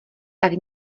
tak